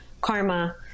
karma